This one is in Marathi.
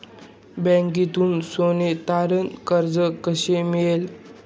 बँकेतून सोने तारण कर्ज कसे मिळेल?